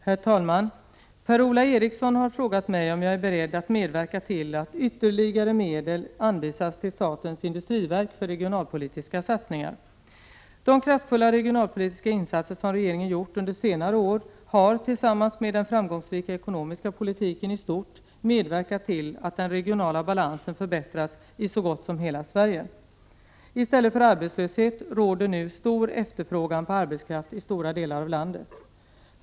Herr talman! Per-Ola Eriksson har frågat mig om jag är beredd att medverka till att ytterligare medel anvisas till statens industriverk för regionalpolitiska satsningar. De kraftfulla regionalpolitiska insatser som regeringen gjort under senare år har, tillsammans med den framgångsrika ekonomiska politiken i stort, medverkat till att den regionala balansen förbättrats i så gott som hela Sverige. I stället för arbetslöshet råder nu stor efterfrågan på arbetskraft i stora delar av landet.